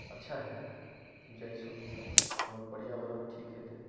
अच्छा हेतै जाहि सँ हमर पर्यावरण ठीक हेतै